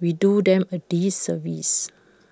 we do them A disservice